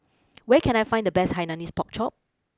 where can I find the best Hainanese Pork Chop